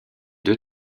deux